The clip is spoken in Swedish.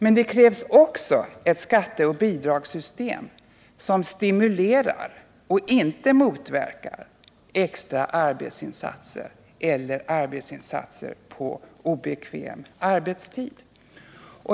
Men det krävs också ett skatteoch bidragssystem som stimulerar och inte motverkar extra arbetsinsatser eller arbetsinsatser på obekväm tid.